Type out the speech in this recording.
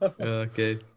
Okay